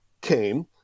came